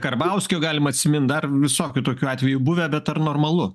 karbauskio galima atsimint dar visokių tokių atvejų buvę bet ar normalu